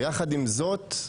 ועם זאת,